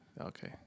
Okay